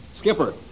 Skipper